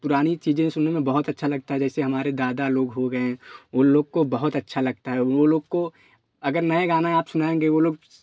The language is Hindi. पुरानी चीज़ें सुनने में बहुत अच्छा लगता है जैसे हमारे दादा लोग हो गए उन लोग को बहुत अच्छा लगता है वो लोग को अगर नए गाना आप सुनेंगे वो लोग